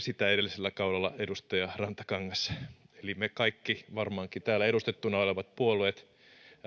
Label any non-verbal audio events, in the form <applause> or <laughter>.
<unintelligible> sitä edellisellä kaudella edustaja rantakangas eli varmaankin me kaikki täällä edustettuna olevat puolueet